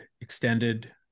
extended